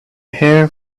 hair